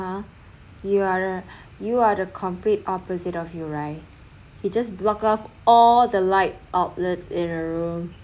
uh you are a you are the complete opposite of you right he just block off all the light outlets in a room